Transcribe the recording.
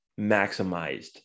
maximized